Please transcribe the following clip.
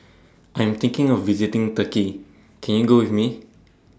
I Am thinking of visiting Turkey Can YOU Go with Me